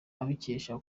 abikesha